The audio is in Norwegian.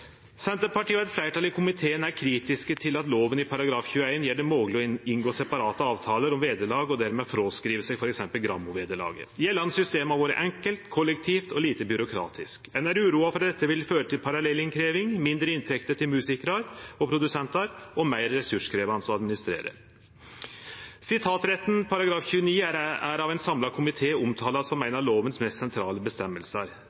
Senterpartiet og eit fleirtal i komiteen er kritiske til at loven § 21 gjer det mogleg å inngå separate avtalar om vederlag og dermed fråskrive seg f.eks. Gramo-vederlaget. Det gjeldande systemet har vore enkelt, kollektivt og lite byråkratisk. Ein er uroa for at dette vil føre til parallellinnkrevjing, mindre inntekter til musikarar og produsentar, og at det vert meir ressurskrevjande å administrere. Sitatretten, § 29, er av ein samla komité omtala som